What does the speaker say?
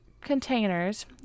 containers